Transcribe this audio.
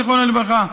זיכרונו לברכה,